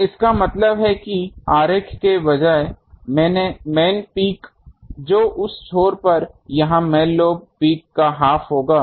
तो इसका मतलब है कि इस आरेख के बजाय मेन पीक जो उस छोर पर यहां मेन लोब पीक का हाफ होगा